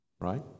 Right